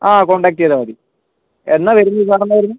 ആ കോൺടാക്റ്റ് ചെയ്താൽ മതി എന്നാണ് വരുന്നത് ഇയാൾ എന്നാണ് വരുന്നത്